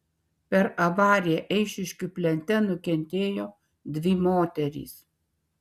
per avariją eišiškių plente nukentėjo dvi moterys